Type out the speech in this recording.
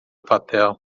papel